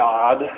God